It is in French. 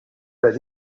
pas